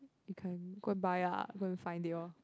you can go buy lah go and find Dior